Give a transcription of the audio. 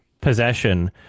possession